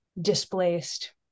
displaced